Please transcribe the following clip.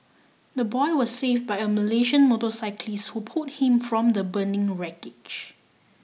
the boy was saved by a Malaysian motorcyclist who pulled him from the burning wreckage